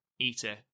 Eater